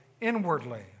inwardly